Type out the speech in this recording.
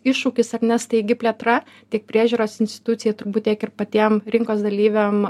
iššūkis ar ne staigi plėtra tik priežiūros institucijai turbūt tiek ir patiem rinkos dalyviam